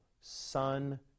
Son